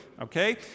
okay